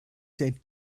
said